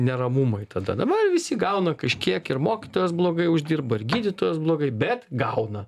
neramumai tada dabar visi gauna kažkiek ir mokytojas blogai uždirba ir gydytojas blogai bet gauna